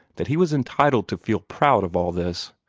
that he was entitled to feel proud of all this.